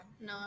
no